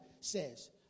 says